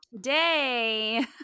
day